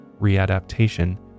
Readaptation